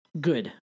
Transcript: good